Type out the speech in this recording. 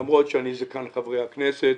למרות שאני זקן חברי הכנסת.